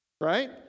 right